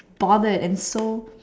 bothered and so